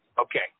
Okay